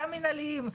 גם מינהליים,